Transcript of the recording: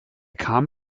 kam